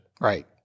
right